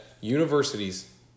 universities